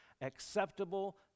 acceptable